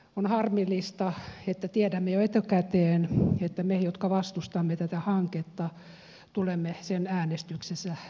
on harmillista että tiedämme jo etukäteen että me jotka vastustamme tätä hanketta tulemme sen äänestyksessä selkeästi häviämään